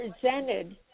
presented